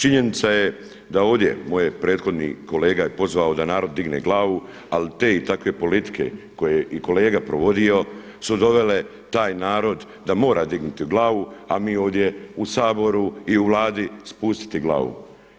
Činjenica je da ovdje moj prethodni kolega je pozvao da narod digne glavu ali te i takve politike koje je i kolega provodio su dovele taj narod da mora dignuti glavu a mi ovdje u Saboru i u Vladi spustiti glavu